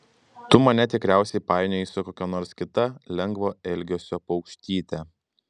tu mane tikriausiai painioji su kokia nors kita lengvo elgesio paukštyte